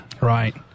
Right